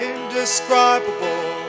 Indescribable